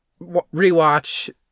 Rewatch